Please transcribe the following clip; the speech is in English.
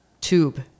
Tube